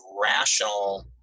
rational